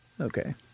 okay